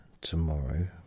tomorrow